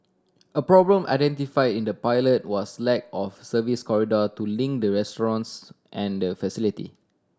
a problem identify in the pilot was lack of service corridor to link the restaurants and the facility